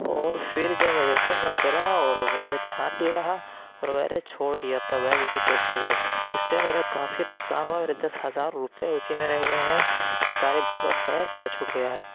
اور پھر جب جیسے میں اترا اور مجھے دھیان نہیں رہا اور میں نے چھوڑ دیا اپنا بیگ اسی ٹیکسی میں اس سے میرا کافی نقصان ہوا میرے دس ہزار روپے اسی میں رہ گیے ہیں وہ سارے پورا بیگ میرا چھوٹ گیا ہے